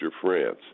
France